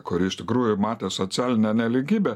kurie iš tikrųjų matė socialinę nelygybę